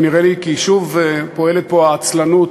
נראה לי ששוב פועלים פה העצלנות